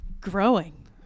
growing